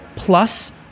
plus